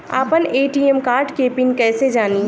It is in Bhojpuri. आपन ए.टी.एम कार्ड के पिन कईसे जानी?